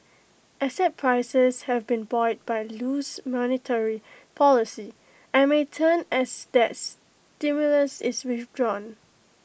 asset prices have been buoyed by loose monetary policy and may turn as that stimulus is withdrawn